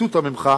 במטותא ממך,